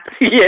Yes